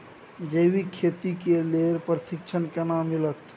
जैविक खेती के लेल प्रशिक्षण केना मिलत?